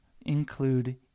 include